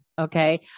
Okay